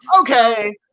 Okay